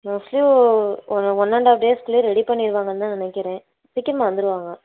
mostly ஒரு one and half டேஸ்க்குள்ளேயே ready பண்ணிடுவாங்கன்னு தான் நினக்கிறேன் சீக்கிரமாக வந்துடுவாங்க